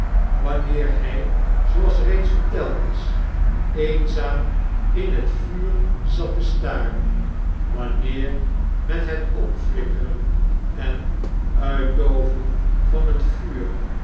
wanneer hij zooals reeds verteld is eenzaam in het vuur zat te staren wanneer met het opflikkeren en uitdooven van het vuur